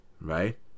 right